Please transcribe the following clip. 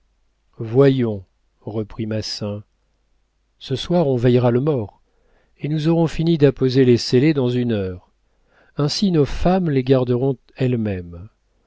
voyons reprit massin ce soir on veillera le mort et nous aurons fini d'apposer les scellés dans une heure ainsi nos femmes les garderont elles-mêmes